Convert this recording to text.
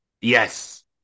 Yes